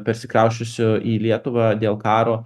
persikrausčiusių į lietuvą dėl karo